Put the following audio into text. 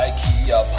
Ikea